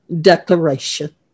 declaration